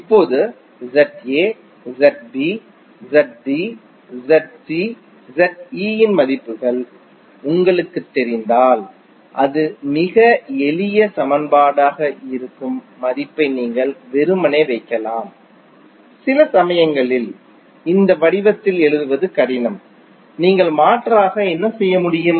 இப்போது இன் மதிப்புகள் உங்களுக்குத் தெரிந்தால் அது மிக எளிய சமன்பாடாக இருக்கும் மதிப்பை நீங்கள் வெறுமனே வைக்கலாம் சில சமயங்களில் இந்த வடிவத்தில் எழுதுவது கடினம் நீங்கள் மாற்றாக என்ன செய்ய முடியும்